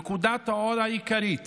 נקודת האור העיקרית